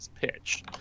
pitch